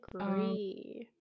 agree